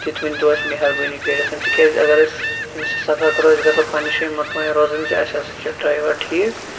تِتہِ ونتَو اَسہِ مہربٲنی کٔرِتھ تکیازِ اَگَر اَسہِ أمِس سۭتۍ سَفَر کَرو أسۍ گَژھو پَننہِ جایہِ مُطمَعِن روزٕنۍ زِ اَسہِ ہَسا چھُ ڈرَیوَر ٹھیٖک